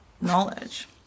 knowledge